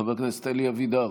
חבר הכנסת אלי אבידר,